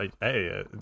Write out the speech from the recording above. Hey